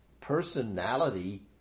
personality